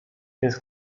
więc